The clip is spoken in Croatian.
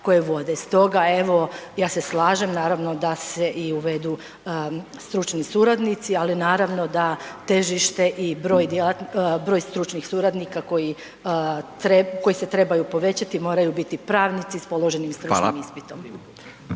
Stoga evo ja se slažem, naravno da se i uvedu stručni suradnici, ali naravno da težište i broj stručnih suradnika koji se trebaju povećati moraju biti pravnici s položenim stručnim ispitom.